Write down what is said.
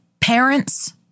Parents